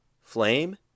Flame